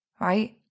right